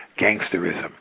gangsterism